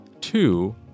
two